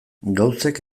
gauzek